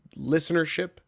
listenership